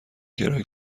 کرایه